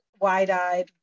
wide-eyed